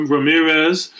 Ramirez